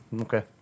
Okay